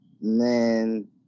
man